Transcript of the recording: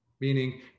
Meaning